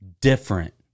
different